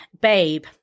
Babe